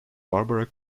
barbara